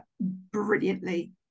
brilliantly